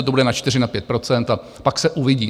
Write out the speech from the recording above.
Sice to bude na čtyři, na pět procent a pak se uvidí.